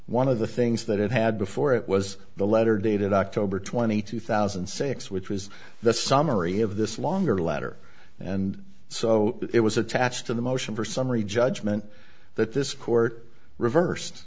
one of the things that it had before it was the letter dated october twenty eighth two thousand and six which was the summary of this longer letter and so it was attached to the motion for summary judgment that this court reverse